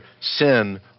sin